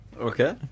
Okay